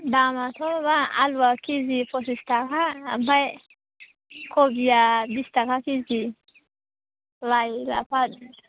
दामाथ' मा आलुआ केजि फसिस थाखा आमफाय खबिया बिस थाखा केजि लाइ लाफा